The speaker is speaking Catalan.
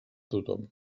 tothom